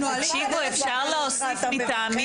לעשות הארכה מטעמים